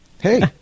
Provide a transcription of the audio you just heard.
Hey